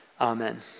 Amen